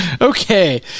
Okay